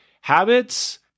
habits